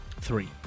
Three